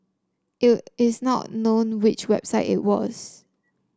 it's not known which website it was